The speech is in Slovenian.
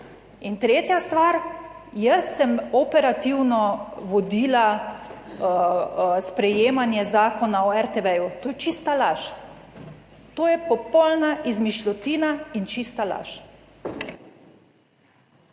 In tretja stvar, jaz sem operativno vodila sprejemanje Zakona o RTV. To je čista laž. To je popolna izmišljotina in čista laž.